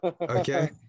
Okay